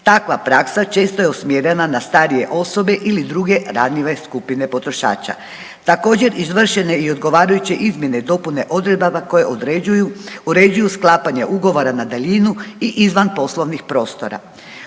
Takva praksa često je usmjerena na starije osobe ili druge ranjive skupine potrošača. Također izvršen je i odgovarajuće izmjene i dopune odredaba koje određuju, uređuju sklapanje ugovora na daljinu i izvan poslovnih prostora.